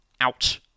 out